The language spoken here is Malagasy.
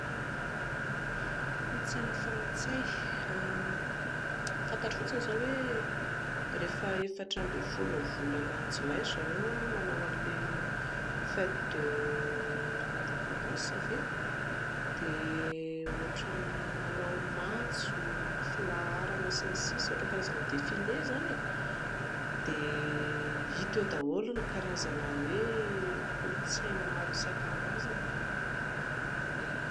Kolotsaina frantsay, ny fantatro fotsiny izao hoe rehefa efatra ambin'ny folon'ny volana jolay ry zareo no manao an'ilay fête de l'indépendance ve? Dia ohatran'ny manao matso, filaharana sy ny sisa, ohatran'ny karazana défilé izany e, dia hita eo daholo ny karazana hoe kolotsaina maro isan-karazany